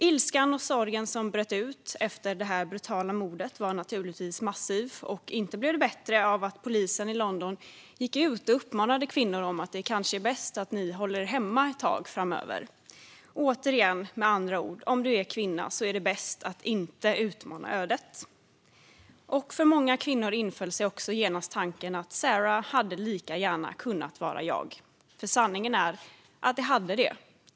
Ilskan och sorgen som bröt ut efter detta brutala mord var naturligtvis massiv, och inte blev det bättre av att polisen i London gick ut och uppmanade kvinnor att hålla sig hemma ett tag framöver för att det kanske var bäst så. Återigen, men med andra ord: Om du är kvinna är det bäst att inte utmana ödet. För många kvinnor inföll sig också genast tanken: Det som hände Sarah hade lika gärna kunnat hända mig. Sanningen är: Det hade det.